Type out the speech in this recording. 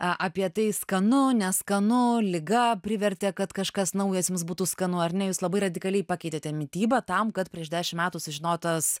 apie tai skanu neskanu liga privertė kad kažkas naujas jums būtų skanu ar ne jūs labai radikaliai pakeitėte mitybą tam kad prieš dešimt metų sužinotas